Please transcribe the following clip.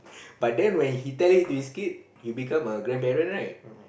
but then when he tell you to his kid you become a grandparent right